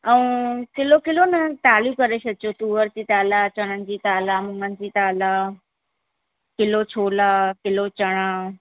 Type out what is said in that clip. ऐं kilo kilo न दालियूं करे छॾिजो तुवर जी दालि आहे चणनि जी दालि आहे मुङनि जी दालि आहे किलो छोला किलो चणा